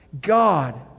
God